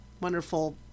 wonderful